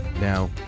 Now